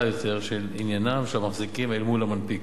יותר על עניינם של המחזיקים אל מול המנפיק.